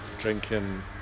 drinking